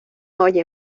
oye